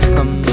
Come